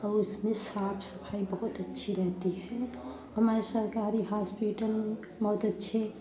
आउ उसमें साफ सफाई बहुत अच्छी रहती है हमारे सरकारी हास्पिटल में बहुत अच्छे